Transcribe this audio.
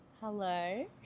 Hello